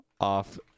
off